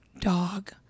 dog